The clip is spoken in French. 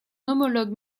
homologue